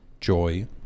joy